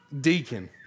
deacon